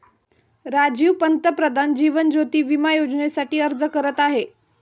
राजीव पंतप्रधान जीवन ज्योती विमा योजनेसाठी अर्ज करत आहे